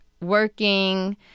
working